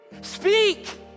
Speak